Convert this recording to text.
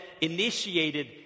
initiated